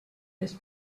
his